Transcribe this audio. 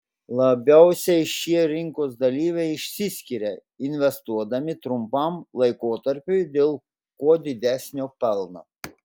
labiausiai šie rinkos dalyviai išsiskiria investuodami trumpam laikotarpiui dėl kuo didesnio pelno